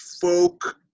folk